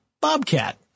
Bobcat